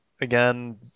Again